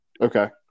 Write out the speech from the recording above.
Okay